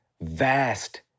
vast